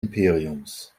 imperiums